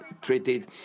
treated